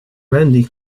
randy